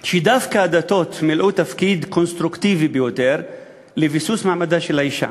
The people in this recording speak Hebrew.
שדווקא הדתות מילאו תפקיד קונסטרוקטיבי ביותר בביסוס מעמדה של האישה.